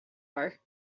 are